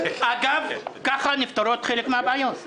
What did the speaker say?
אגב, כך נפתרות חלק מן הבעיות.